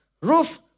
roof